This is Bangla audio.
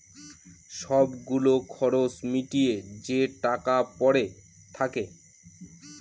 সব গুলো খরচ মিটিয়ে যে টাকা পরে থাকে